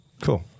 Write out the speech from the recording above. Cool